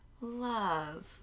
Love